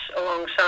alongside